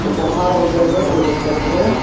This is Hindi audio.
अच्छा हाँ हो जाएगा कोई दिक्कत नहीं है